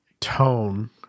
tone